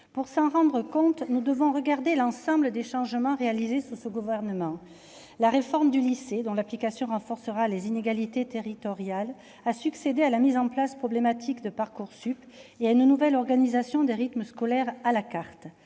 Pour nous en rendre compte, nous devons regarder l'ensemble des changements réalisés sous ce gouvernement. La réforme du lycée, dont l'application renforcera les inégalités territoriales, a succédé à la mise en place problématique de Parcoursup et à une nouvelle organisation des rythmes scolaires à la carte.